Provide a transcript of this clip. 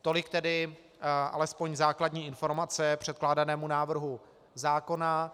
Tolik tedy alespoň základní informace k předkládanému návrhu zákona.